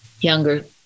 younger